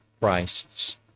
christ's